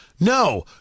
No